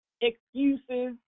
excuses